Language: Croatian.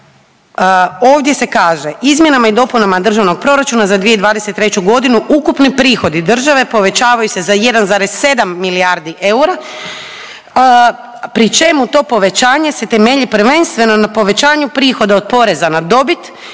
ovdje se kaže izmjenama i dopunama Državnog proračuna za 2023. godinu ukupni prihodi države povećavaju se za 1,7 milijardi eura pri čemu to povećanje se temelji prvenstveno na povećanju prihoda od poreza na dobit,